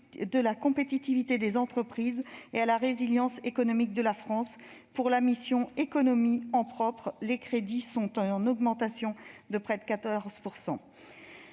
de la compétitivité des entreprises et de la résilience économique de la France. Pour la mission « Économie » en tant que telle, les crédits sont en augmentation de près de 14 %.